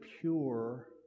pure